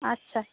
আচ্ছা